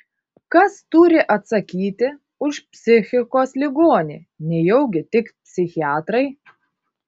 kas turi atsakyti už psichikos ligonį nejaugi tik psichiatrai